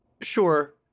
Sure